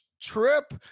trip